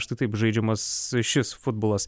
štai taip žaidžiamas šis futbolas